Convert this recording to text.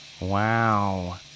Wow